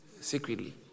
secretly